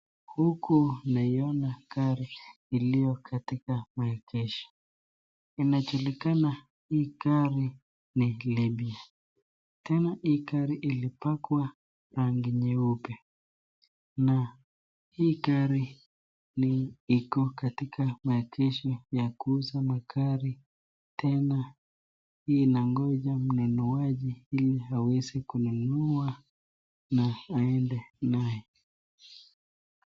Huku naiona gari iliyo katika maegesho, inajulikana hii gari ni gari mia, tana inajulikana imepakwa rangi nyeu, na hii gari iko katika maegesho ya kuuza magari tena inangoja mnunuaji ili awezenkunua na aende naye.